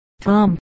Tom